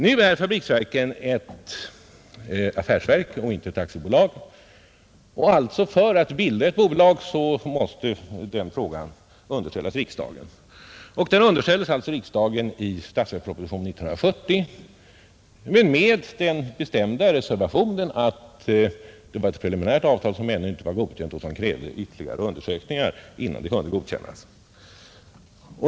Nu är fabriksverken ett affärsverk och inte ett aktiebolag, och frågan om att bilda ett bolag måste därför underställas riksdagen. Den underställdes alltså riksdagen i statsverkspropositionen 1970, med den bestämda reservationen att det gällde ett preliminärt avtal som ännu inte var godkänt och som krävde ytterligare undersökningar innan det kunde godkännas.